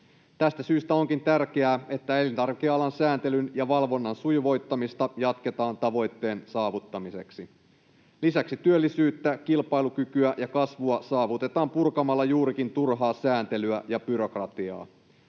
Tästä syystä onkin tärkeää, että elintarvikealan sääntelyn ja valvonnan sujuvoittamista jatketaan tavoitteen saavuttamiseksi. Lisäksi työllisyyttä, kilpailukykyä ja kasvua saavutetaan purkamalla juurikin turhaa sääntelyä ja byrokratiaa.